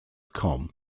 com